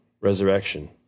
resurrection